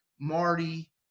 Marty